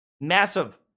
Massive